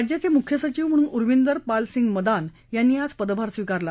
राज्याचे मुख्य सचिव म्हणून उरविंदर पाल सिंग मदान यांनी आज पदभार स्वीकारला